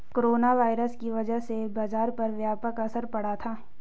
corona virus की वजह से बाजार पर व्यापक असर पड़ा था